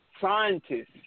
scientists